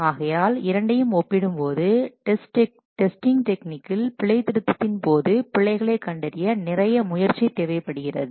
ஆகையால் இரண்டையும் ஒப்பிடும்போது டெஸ்டிங் டெக்னிக் இல் பிழை திருத்தத்தின் போது பிழைகளை கண்டறிய நிறைய முயற்சி தேவைப்படுகிறது